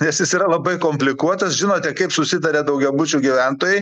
nes jis yra labai komplikuotas žinote kaip susitaria daugiabučių gyventojai